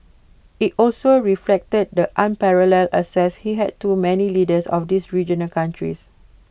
IT also reflected the unparalleled access he had to many leaders of these regional countries